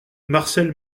marcel